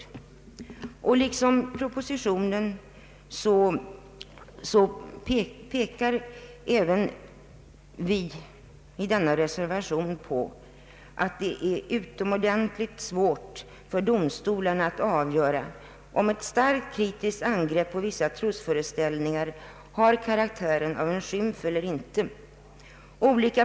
I likhet med vad som skett i propositionen påpekar även vi i reservationen att det är utomordentligt svårt för domstolarna att avgöra om ett starkt kritiskt angrepp på vissa trosföreställningar har karaktären av en skymf eller inte.